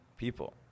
people